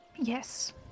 Yes